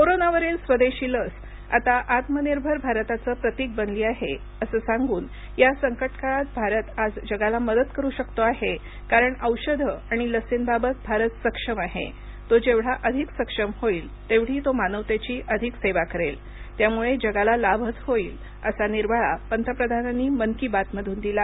कोरोनावरील स्वदेशी लस आता आत्मनिर्भर भारताचं प्रतिक बनली आहे असं सांगून या संकटकाळात भारत आज जगाला मदत करू शकतो आहे कारण औषधं आणि लसींबाबत भारत सक्षम आहे तो जेवढा अधिक सक्षम होईल तेवढी तो मानवतेची सेवा अधिक करेल त्यामुळे जगाला लाभच होईल असा निर्वाळा पंतप्रधानांनी मन की बात मधून दिला